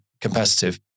competitive